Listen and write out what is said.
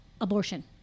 abortion